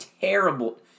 Terrible